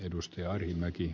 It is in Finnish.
arvoisa puhemies